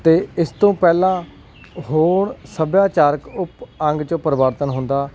ਅਤੇ ਇਸ ਤੋਂ ਪਹਿਲਾਂ ਹੋਰ ਸੱਭਿਆਚਾਰਕ ਉਪ ਅੰਗ 'ਚ ਪਰਿਵਰਤਨ ਹੁੰਦਾ